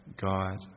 God